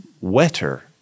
wetter